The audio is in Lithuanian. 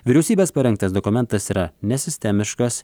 vyriausybės parengtas dokumentas yra nesistemiškas